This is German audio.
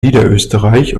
niederösterreich